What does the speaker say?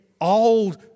old